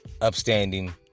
upstanding